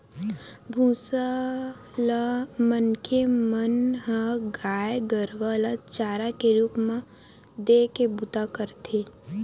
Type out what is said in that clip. भूसा ल मनखे मन ह गाय गरुवा ल चारा के रुप म देय के बूता करथे